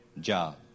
job